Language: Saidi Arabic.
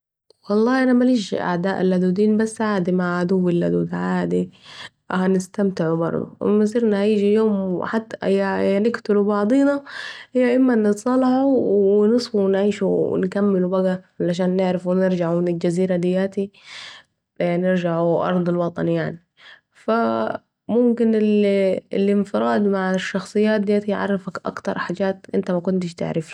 والله أنا مليش اعداء لدودين، بس عادي مع عدوي اللدود عادي هنستمتعوا بردوا مسيرنا يجي يوم يا نقتلوا بعضينا يا ايما نتصالحوا و نصفوا و نعيشوا و نكملوا بقي علشان نعرفوا نرجعوا من الجزيره دياتي ، نرجعوا أرض الوطن يعني ، فا ممكن الانفراد مع الشخصيات دياتي يعرفك أكتر حجات أنت مكنتش تعرفها.